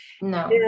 No